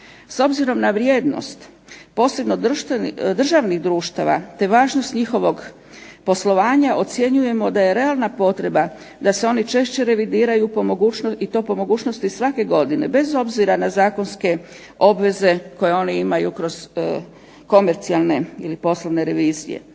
S obzirom na vrijednost, posebno državnih društava, te važnost njihovog poslovanja ocjenjujemo da je realna potreba da se oni češće revidiraju i to po mogućnosti svake godine, bez obzira na zakonske obveze koje oni imaju kroz komercijalne ili poslovne revizije.